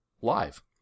live